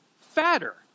fatter